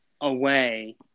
away